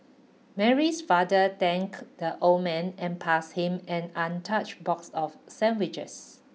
Mary's father thanked the old man and passed him an untouched box of sandwiches